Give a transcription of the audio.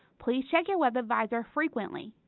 please check your webadvisor frequently!